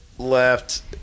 Left